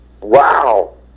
wow